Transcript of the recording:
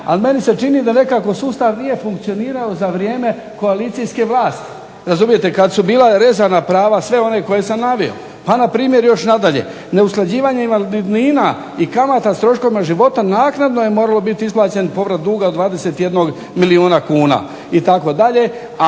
Ali meni se čini da nekako sustav nije funkcionirao za vrijeme koalicijske vlasti, razumijete. Kad su bila rezana prava svih onih koje sam naveo. A npr. još nadalje, neusklađivanje invalidnina i kamata s troškovima života naknadno je moralo biti isplaćen povrat duga od 21 milijuna kuna itd.